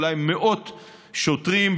אולי מאות שוטרים,